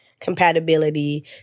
compatibility